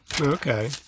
Okay